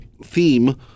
theme